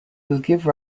give